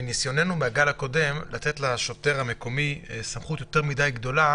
מניסיוננו מהגל הקודם אנחנו יודעים שלתת לשוטר סמכות יותר מדי גדולה